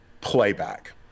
playback